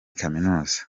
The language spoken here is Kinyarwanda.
kaminuza